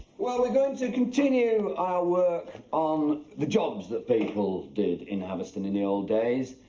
well, we're going to continue our work on the jobs that people did in haverston in the old days,